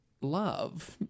love